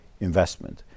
investment